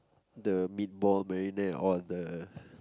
the meatball marinara or the